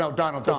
so donald, so